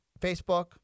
Facebook